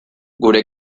gure